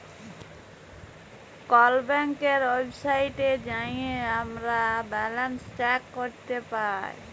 call ব্যাংকের ওয়েবসাইটে যাঁয়ে আমরা ব্যাল্যান্স চ্যাক ক্যরতে পায়